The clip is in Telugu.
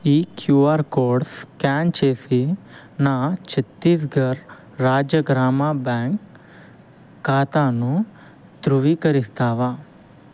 ఈ క్యూఆర్ కోడ్ స్క్యాన్ చేసి నా ఛత్తీస్ఘర్ రాజ్య గ్రామ బ్యాంక్ ఖాతాను ధృవీకరిస్తావా